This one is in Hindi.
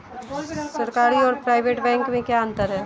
सरकारी और प्राइवेट बैंक में क्या अंतर है?